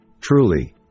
Truly